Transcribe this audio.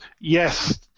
yes